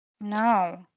No